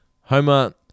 Homer